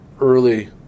early